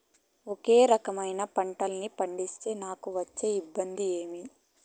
ఒకే రకమైన పంటలని పండిస్తే నాకు వచ్చే ఇబ్బందులు ఏమి?